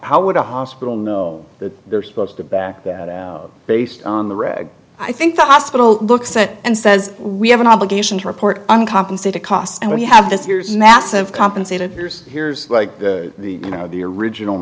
how would a hospital know that they're supposed to back that based on the reg i think the hospital looks at and says we have an obligation to report uncompensated costs and we have this year's massive compensated here's here's like the you know the original